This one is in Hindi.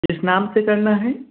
किस नाम से करना है